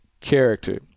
character